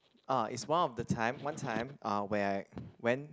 uh it's one of the time one time uh when I went